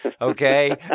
okay